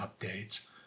updates